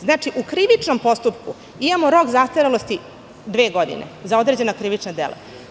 Znači, u krivičnom postupku imamo rok zastarelosti dve godine za određena krivična dela.